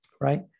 right